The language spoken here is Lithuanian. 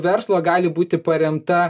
verslo gali būti paremta